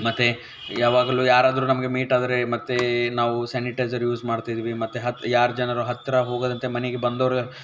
ಮತ್ತು ಯಾವಾಗಲೂ ಯಾರಾದರೂ ನಮಗೆ ಮೀಟ್ ಆದರೆ ಮತ್ತೆ ನಾವು ಸ್ಯಾನಿಟೈಸರ್ ಯೂಸ್ ಮಾಡ್ತಿದ್ವಿ ಮತ್ತು ಹತ್ತು ಯಾರು ಜನರು ಹತ್ತಿರ ಹೋಗದಂತೆ ಮನೆಗೆ ಬಂದವರ